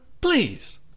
please